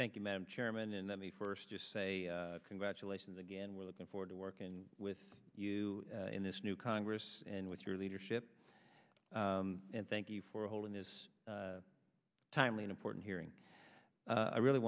thank you madam chairman and let me first just say congratulations again we're looking forward to working with you in this new congress and with your leadership and thank you for holding this timely an important hearing i really